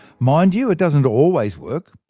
mind you, it doesn't always work.